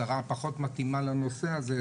השרה הפחות מתאימה לנושא הזה,